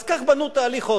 אז כך בנו את תהליך אוסלו.